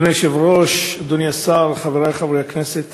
אדוני היושב-ראש, אדוני השר, חברי חברי הכנסת,